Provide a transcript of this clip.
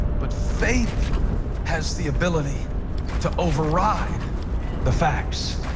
but faith has the ability to override the facts.